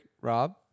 Rob